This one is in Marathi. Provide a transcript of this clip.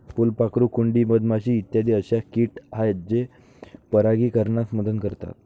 फुलपाखरू, कुंडी, मधमाशी इत्यादी अशा किट आहेत जे परागीकरणास मदत करतात